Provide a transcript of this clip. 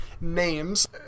names